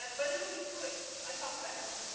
but it will be quick. i talk fast.